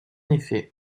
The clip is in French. effet